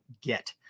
get